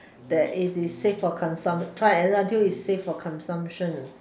that if it is safe for consumpt~ trial and error until it is safe for consumption